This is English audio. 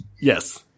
Yes